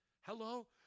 Hello